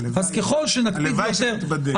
הלוואי שאתבדה.